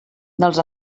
dels